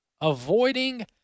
avoiding